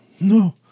No